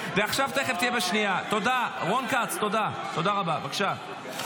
תכף תהיה בשנייה, רון כץ, תודה רבה, בבקשה.